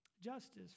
justice